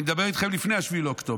אני מדבר איתכם על לפני 7 באוקטובר.